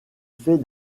fait